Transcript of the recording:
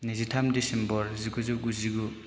नैजिथाम दिसिम्बर जिगुजौ गुजिगु